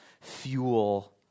fuel